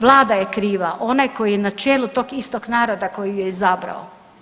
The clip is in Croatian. Vlada je kriva, onaj koji je na čelu tog istog naroda koji ju je izabrao.